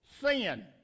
Sin